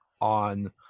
on